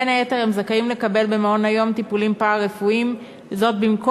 בין היתר הם זכאים לקבל במעון-היום טיפולים פארה-רפואיים במקום